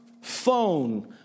phone